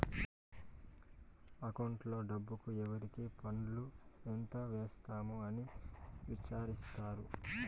అకౌంట్లో డబ్బుకు ఎవరికి పన్నులు ఎంత వేసాము అని విచారిత్తారు